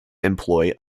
employ